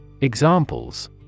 Examples